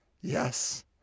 Yes